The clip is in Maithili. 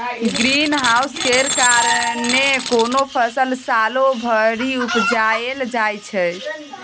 ग्रीन हाउस केर कारणेँ कोनो फसल सालो भरि उपजाएल जाइ छै